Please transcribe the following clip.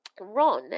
Ron